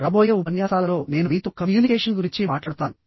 రాబోయే ఉపన్యాసాలలో నేను మీతో కమ్యూనికేషన్ గురించి మాట్లాడతాను